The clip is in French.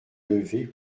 lever